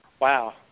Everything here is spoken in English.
wow